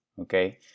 okay